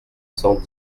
cent